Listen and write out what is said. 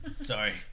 Sorry